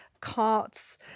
carts